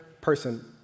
person